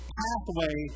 pathway